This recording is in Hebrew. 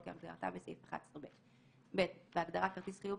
"כהגדרתם בסעיף 11ב"; (ב)בהגדרה "כרטיס חיוב",